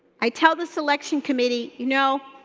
i tell the selection committee, you know,